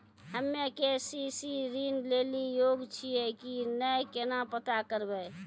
हम्मे के.सी.सी ऋण लेली योग्य छियै की नैय केना पता करबै?